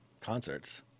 concerts